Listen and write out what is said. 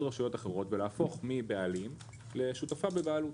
רשויות אחרות ולהפוך מבעלים לשותפה בבעלות.